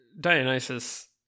Dionysus